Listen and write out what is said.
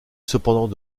cependant